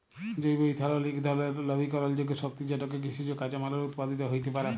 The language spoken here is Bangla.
জৈব ইথালল ইক ধরলের লবিকরলযোগ্য শক্তি যেটকে কিসিজ কাঁচামাললে উৎপাদিত হ্যইতে পারে